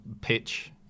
pitch